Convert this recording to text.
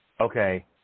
okay